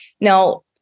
Now